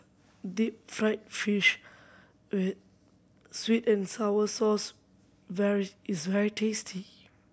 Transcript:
deep fried fish with sweet and sour sauce very is very tasty